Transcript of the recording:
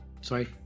Sorry